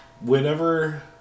Whenever